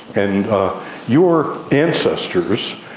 and your ancestors,